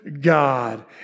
God